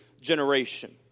generation